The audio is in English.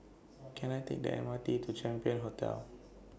Can I Take The M R T to Champion Hotel